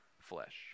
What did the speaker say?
flesh